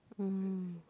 mm